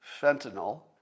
fentanyl